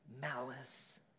malice